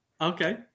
Okay